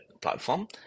platform